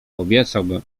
obiecałbym